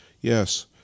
yes